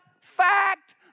fact